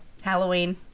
Halloween